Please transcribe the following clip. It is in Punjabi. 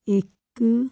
ਇੱਕ